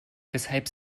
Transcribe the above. weshalb